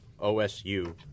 OSU